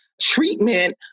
treatment